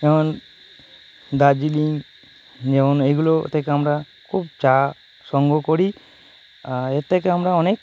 যেমন দার্জিলিং যেমন এইগুলো থেকে আমরা খুব চা সংগ্রহ করি আর এর থেকে আমরা অনেক